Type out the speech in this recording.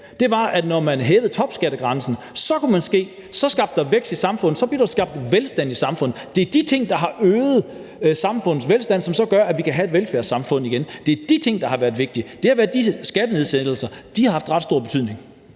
Det er, når man hæver topskattegrænsen. Så kunne man se, at der blev skabt vækst i samfundet, og så blev der skabt velstand i samfundet. Det er de ting, der har øget samfundets velstand, som så gør, at vi kan have et velfærdssamfund igen. Det er de ting, der har været vigtige. Det har været de skattenedsættelser, der har haft ret stor betydning.